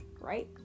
right